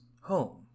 home